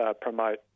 promote